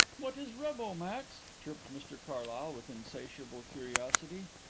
what is rubbo, max? chirped mr carlyle with insatiable curiosity.